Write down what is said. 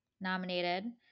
nominated